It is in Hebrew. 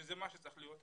שזה מה שצריך להיות,